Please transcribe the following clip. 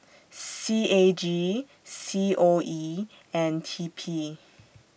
C A G C O E and T P